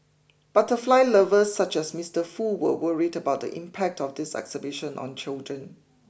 butterfly lovers such as Mister Foo were worried about the impact of this exhibition on children